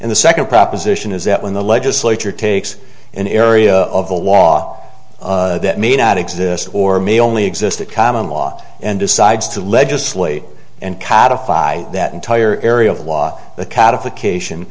and the second proposition is that when the legislature takes an area of the law that may not exist or may only exist that common law and decides to legislate and codified that entire area of law the cat of the cation